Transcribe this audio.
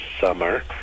summer